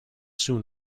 soon